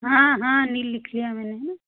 हाँ हाँ नहीं लिख लिया मैंने है ना